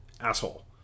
Asshole